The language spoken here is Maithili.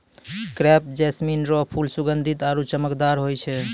क्रेप जैस्मीन रो फूल सुगंधीत आरु चमकदार होय छै